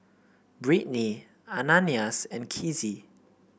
Brittnee Ananias and Kizzy